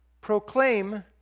Proclaim